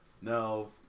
no